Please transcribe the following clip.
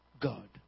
God